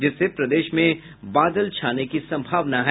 जिससे प्रदेश में बादल छाने की संभावना है